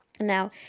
Now